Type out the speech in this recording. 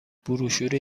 بروشوری